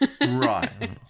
Right